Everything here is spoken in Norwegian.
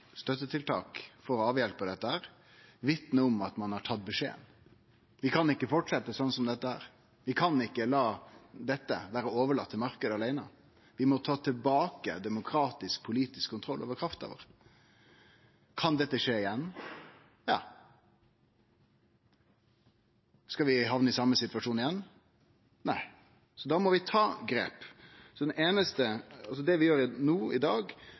støttetiltak for å avhjelpe dette – vitnar om at ein har tatt beskjeden. Vi kan ikkje fortsetje sånn som dette. Vi kan ikkje la dette vere overlate til marknaden aleine. Vi må ta tilbake demokratisk og politisk kontroll over krafta vår. Kan dette skje igjen? Ja. Skal vi hamne i den same situasjonen igjen? Nei. Då må vi ta grep. Det vi gjer nå i dag, er at vi handterer dette så raskt som i